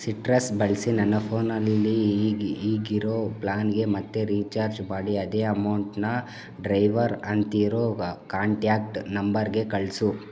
citrus ಬಳಸಿ ನನ್ನ ಫೋನಲ್ಲಿ ಈಗಿರೋ ಪ್ಲಾನ್ಗೇ ಮತ್ತೆ ರೀಚಾರ್ಜ್ ಮಾಡಿ ಅದೇ ಅಮೌಂಟನ್ನ ಡ್ರೈವರ್ ಅಂತಿರೋ ಕಾಂಟ್ಯಾಕ್ಟ್ ನಂಬರ್ಗೆ ಕಳಿಸು